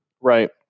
Right